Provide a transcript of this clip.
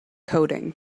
coding